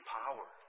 power